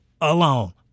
alone